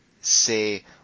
say